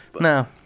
no